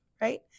Right